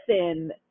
listen